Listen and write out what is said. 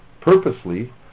purposely